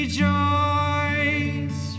Rejoice